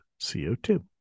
CO2